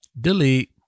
Delete